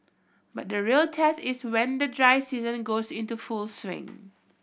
but the real test is when the dry season goes into full swing